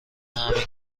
همین